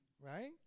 Right